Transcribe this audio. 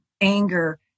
anger